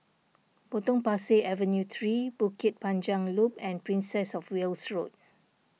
Potong Pasir Avenue three Bukit Panjang Loop and Princess of Wales Road